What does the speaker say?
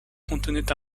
contenait